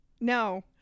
No